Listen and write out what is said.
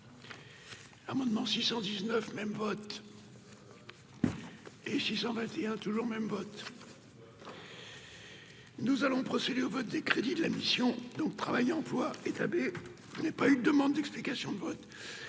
Amendement 619 même vote et s'en il a toujours même vote. Nous allons procéder au vote des crédits de la mission donc travailler emploi n'est pas une demande d'explication de vote,